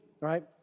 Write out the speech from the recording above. Right